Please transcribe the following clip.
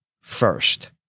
first